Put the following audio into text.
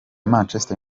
manchester